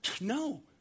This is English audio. No